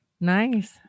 Nice